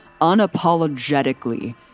unapologetically